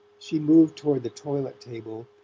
she moved toward the toilet-table,